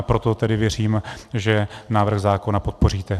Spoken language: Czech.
Proto věřím, že návrh zákona podpoříte.